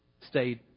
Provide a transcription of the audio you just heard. stayed